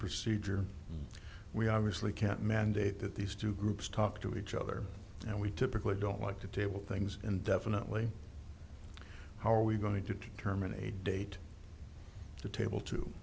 procedure we obviously can't mandate that these two groups talk to each other and we typically don't like to table things and definitely how are we going to determine a date table to